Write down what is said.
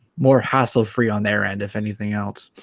more hassle-free on there and if anything else